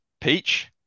Peach